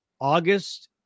August